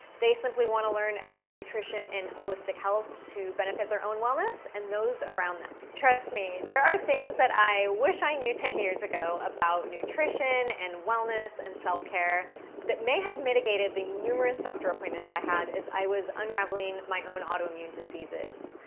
they simply wanna learn about nutrition in holistic health to benefit their own wellness and those around them. trust me, there are things that i wish i knew ten years ago about nutrition and wellness and self care that may have mitigated the numerous doctor appointments i had as i was unraveling my own autoimmune diseases.